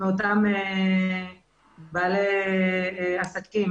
מאותם בעלי עסקים